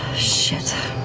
shit.